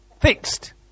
Fixed